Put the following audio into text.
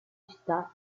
città